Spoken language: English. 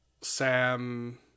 Sam